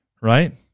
Right